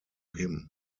him